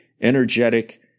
energetic